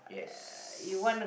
yes